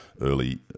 early